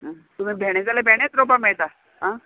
तुमी भेंणे जाल्यार भेंणेच रोवपा मेयटा आं